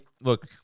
Look